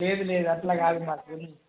లేదు లేదు అట్లా కాదు మాకు